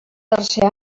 tercer